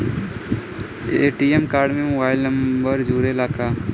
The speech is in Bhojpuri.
ए.टी.एम कार्ड में मोबाइल नंबर जुरेला का?